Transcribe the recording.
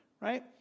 right